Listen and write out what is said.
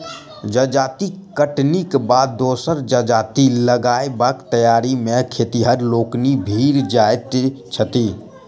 जजाति कटनीक बाद दोसर जजाति लगयबाक तैयारी मे खेतिहर लोकनि भिड़ जाइत छथि